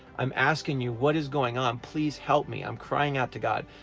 i'm asking you what is going on, please help me! i'm crying out to god.